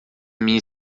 minha